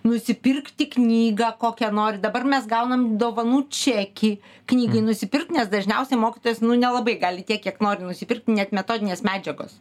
nusipirkti knygą kokią nori dabar mes gaunam dovanų čekį knygai nusipirkti nes dažniausiai mokytojas nelabai gali tiek kiek nori nusipirkti net metodinės medžiagos